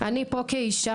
אני פה כאישה,